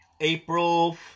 April